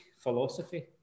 philosophy